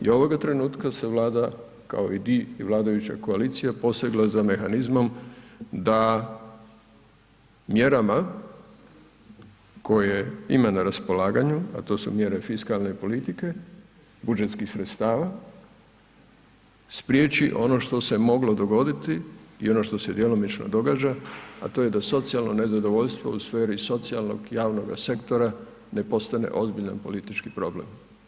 I ovoga trenutka se Vlada kao i dio vladajuće koalicije, posegla za mehanizmom da mjerama koje imaju na raspolaganju a to su mjere fiskalne politike, budžetskih sredstava, spriječi ono što se moglo dogoditi i ono što se djelomično događa a to je da socijalno nezadovoljstvo u sferi socijalnog i javnoga sektora, ne postane ozbiljan politički problem.